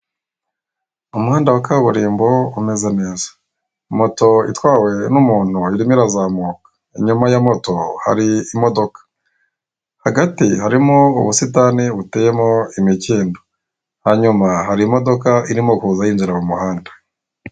Umuhanda wa kaburimbo umeze neza, moto itwawe n'umuntu irimo irazamuka, inyuma ya moto hari imodoka hagati harimo ubusitani buteyemo imikindo. Hanyuma hari imodoka irimo kuza yinjira mu muhanda.